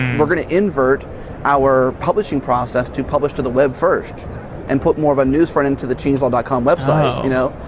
we're going to invert our publishing process to publish to the web first and put more of a news front into the changelog dot com website, you know,